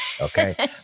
okay